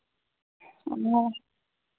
ᱚ